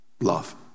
love